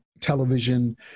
television